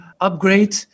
upgrade